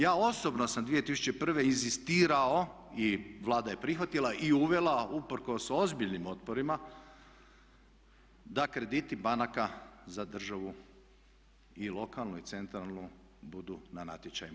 Ja osobno sam 2001. inzistirao i Vlada je prihvatila i uvela usprkos ozbiljnim otporima da krediti banaka za državu i lokalnu i centralnu budu na natječajima.